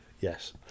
yes